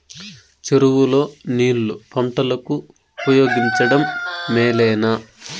చెరువు లో నీళ్లు పంటలకు ఉపయోగించడం మేలేనా?